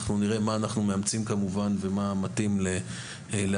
אנחנו נראה מה אנחנו מאמצים ומה מתאים לתפיסה